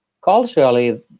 culturally